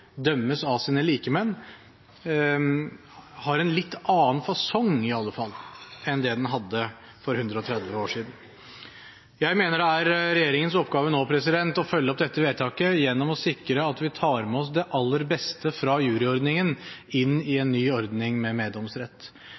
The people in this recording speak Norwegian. dømmes av sine likemenn, har en litt annen fasong iallfall enn det den hadde for 130 år siden. Jeg mener det er regjeringens oppgave nå å følge opp dette vedtaket gjennom å sikre at vi tar med oss det aller beste fra juryordningen inn i en ny ordning med meddomsrett.